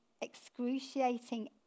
excruciating